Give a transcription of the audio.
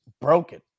broken